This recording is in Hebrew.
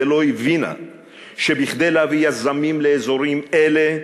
ולא הבינה שכדי להביא יזמים לאזורים אלה,